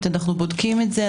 אנו בודקים את זה,